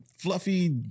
fluffy